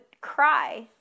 cry